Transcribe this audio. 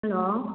hello